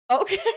Okay